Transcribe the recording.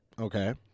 Okay